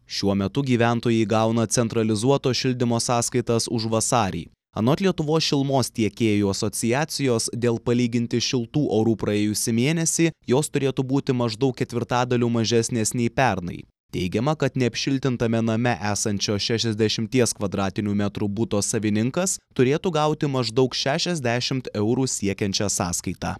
šiuo metu gyventojai gauna centralizuoto šildymo sąskaitas už vasarį anot lietuvos šilumos tiekėjų asociacijos dėl palyginti šiltų orų praėjusį mėnesį jos turėtų būti maždaug ketvirtadaliu mažesnės nei pernai teigiama kad neapšiltintame name esančio šešiadešimties kvadratinių metrų buto savininkas turėtų gauti maždaug šešiasdešimt eurų siekiančią sąskaitą